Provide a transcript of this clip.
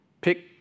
Pick